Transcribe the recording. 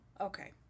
Okay